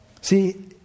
See